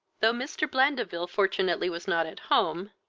though mr. blandeville fortunately was not at home,